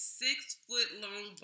six-foot-long